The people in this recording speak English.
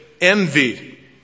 envy